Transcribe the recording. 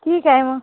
ठीक आहे मग